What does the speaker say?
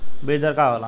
बीज दर का होला?